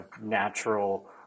natural